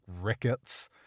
rickets